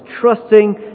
Trusting